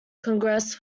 congress